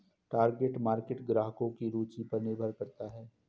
target market ग्राहकों की रूचि पर निर्भर करता है